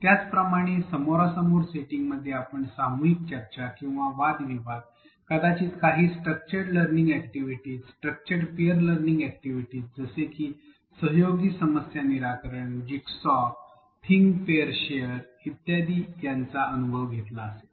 त्याचप्रमाणे समोरासमोर सेटिंगमध्ये आपण सामूहिक चर्चा किंवा वादविवाद कदाचित काही structured learning activities structured peer learning activities जसे की सहयोगी समस्या निराकरण जिगसॉ थिंक पियर शेअर इत्यादी यांचा अनुभव घेतला असेल